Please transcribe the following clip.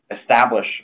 establish